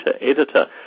editor